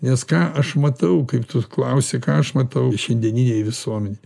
nes ką aš matau kaip tu klausi ką aš matau šiandieninėj visuomenėj